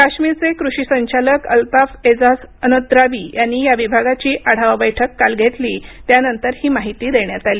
काश्मिरचे कृषी संचालक अलताफ ऐजाझ अनद्राबी यांनी या विभागाची आढावा बैठक काल घेतली त्यानंतर ही माहिती देण्यात आली